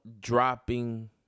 dropping